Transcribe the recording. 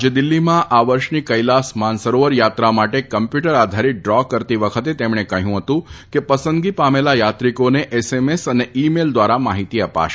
આજે દિલ્હીમાં આ વર્ષની કેલાસ માનસરોવર યાત્રા માટે કમ્પ્યુટર આધારિત ડ્રો કરતી વખતે તેમણે કહ્યું હતું કે પસંદગી પામેલા યાત્રિકોને એસએમએસ અને ઈમેઇલ દ્વારા માહિતી અપાશે